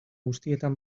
guztietan